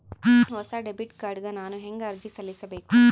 ಹೊಸ debit card ಗ ನಾನು ಹೆಂಗ ಅರ್ಜಿ ಸಲ್ಲಿಸಬೇಕು?